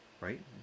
right